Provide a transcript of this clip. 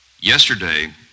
Yesterday